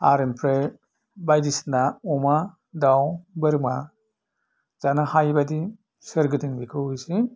आरो आमफ्राइ बायदिसिना अमा दाउ बोरमा जानो हायिबायदि सोरगिदिं बेखौ एसे